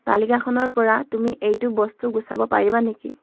তালিকাখনৰপৰা তুমি এইটো বস্তু গুচাব পাৰিবা নেকি